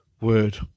Word